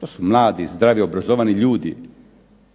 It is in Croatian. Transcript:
To su mladi, zdravi, obrazovani ljudi